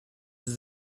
sie